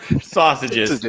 sausages